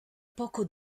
poco